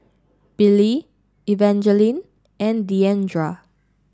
Billye Evangeline and Diandra